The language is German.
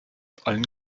allen